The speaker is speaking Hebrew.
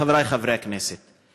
חברי חברי הכנסת,